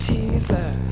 Teaser